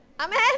Amen